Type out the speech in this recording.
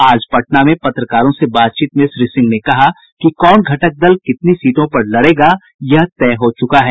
आज पटना में पत्रकारों से बातचीत में श्री सिंह ने कहा कि कौन घटक दल कितनी सीटों पर लड़ेगा यह तय हो चुका है